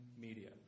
media